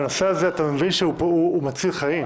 אתה מבין שהנושא הזה מציל חיים.